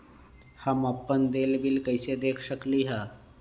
हम अपन देल बिल कैसे देख सकली ह?